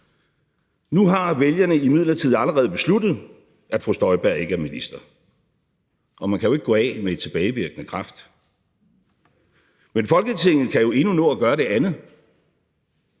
Nu har vælgerne imidlertid allerede besluttet, at fru Inger Støjberg ikke skal være minister, og man kan jo ikke gå af med tilbagevirkende kraft. Men Folketinget kan jo endnu nå at gøre det andet,